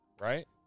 right